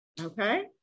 Okay